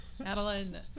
Madeline